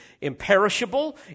imperishable